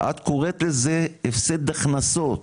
את קוראת לזה הפסד הכנסות,